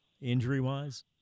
injury-wise